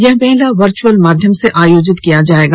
यह मेला वर्चुअल माध्यम से आयोजित किया जाएगा